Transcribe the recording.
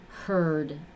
heard